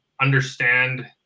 understand